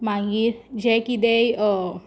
मागीर जें कितेंय